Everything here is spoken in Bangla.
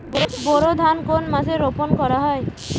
বোরো ধান কোন মাসে রোপণ করা হয়?